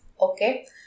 Okay